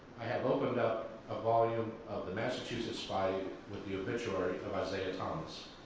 i have opened up a volume of the massachusetts spy with the obituary of isaiah thomas.